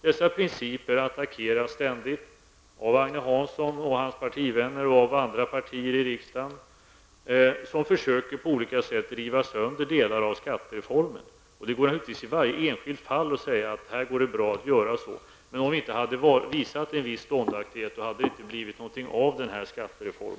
Dessa principer attackeras ständigt av Agne Hansson och hans partivänner och andra partier i riksdagen som på olika sätt försöker riva sönder olika delar av skattereformen. Det går naturligtvis i varje enskilt fall att säga att det går bra att göra på ett visst sätt, men om vi inte hade visat en viss ståndaktighet hade det inte blivit någon skattereform.